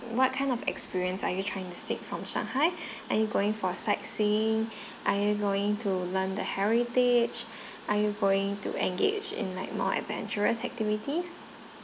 what kind of experience are you trying to seek from shanghai are you going for sightseeing are you going to learn the heritage are you going to engage in like more adventurous activities